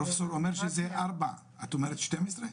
הפרופסור אומר שזה ארבע, את אומרת שתיים עשרה?